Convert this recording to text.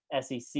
SEC